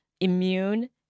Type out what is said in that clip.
immune